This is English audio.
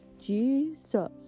Jesus